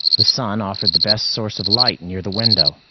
the sun offered the best source of light near the window,